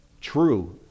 true